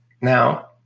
Now